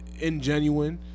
Ingenuine